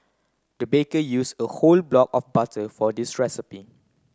the baker use a whole block of butter for this recipe